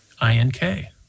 I-N-K